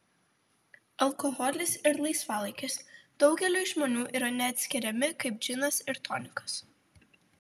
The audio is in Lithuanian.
alkoholis ir laisvalaikis daugeliui žmonių yra neatskiriami kaip džinas ir tonikas